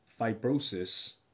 fibrosis